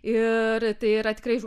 ir tai yra tikrai